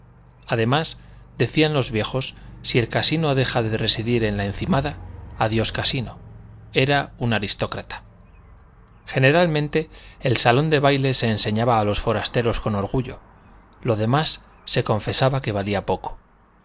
además decían los viejos si el casino deja de residir en la encimada adiós casino era un aristócrata generalmente el salón de baile se enseñaba a los forasteros con orgullo lo demás se confesaba que valía poco